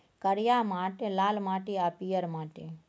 करिया माटि, लाल माटि आ पीयर माटि